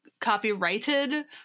copyrighted